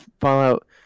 fallout